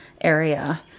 area